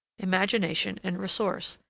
imagination, and resource,